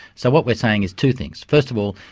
so what we're saying is two things. first of all,